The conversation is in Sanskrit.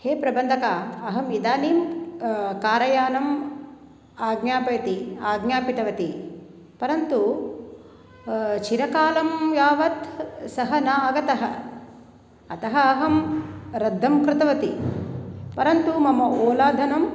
हे प्रबन्धक अहम् इदानीं कारयानम् आज्ञापयति आज्ञापितवती परन्तु चिरकालं यावत् सः न आगतः अतः अहं रद्दं कृतवती परन्तु मम ओला धनम्